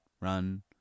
run